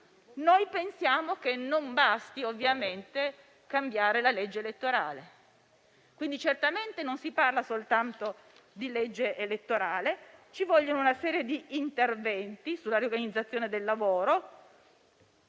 pensiamo che non basti ovviamente cambiare la legge elettorale. Non si parla, quindi, certamente, soltanto di legge elettorale, ma ci vogliono una serie di interventi sulla riorganizzazione del lavoro